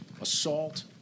assault